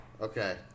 Okay